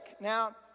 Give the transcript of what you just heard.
Now